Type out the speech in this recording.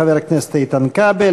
חבר הכנסת איתן כבל.